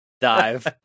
dive